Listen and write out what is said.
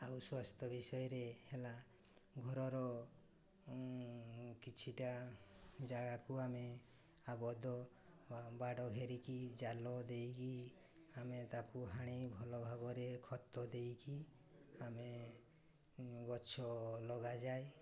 ଆଉ ସ୍ୱାସ୍ଥ୍ୟ ବିଷୟରେ ହେଲା ଘରର କିଛିଟା ଜାଗାକୁ ଆମେ ଆବଦ୍ଧ ବାଡ଼ ହେରିକି ଜାଲ ଦେଇକି ଆମେ ତାକୁ ହାଣି ଭଲ ଭାବରେ ଖତ ଦେଇକି ଆମେ ଗଛ ଲଗାଯାଏ